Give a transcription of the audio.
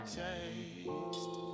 taste